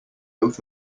oath